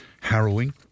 harrowing